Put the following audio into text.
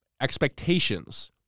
expectations